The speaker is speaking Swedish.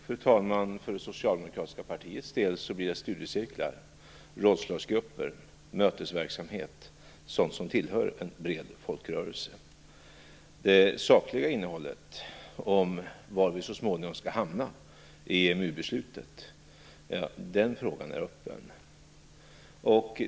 Fru talman! För det socialdemokratiska partiets del blir det studiecirklar, rådslagsgrupper, mötesverksamhet, sådant som tillhör en bred folkrörelse. Frågan om det sakliga innehållet, om var vi så småningom skall hamna i EMU-beslutet, är öppen.